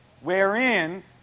wherein